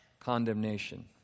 condemnation